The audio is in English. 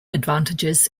advantages